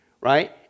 right